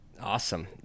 Awesome